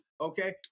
Okay